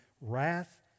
wrath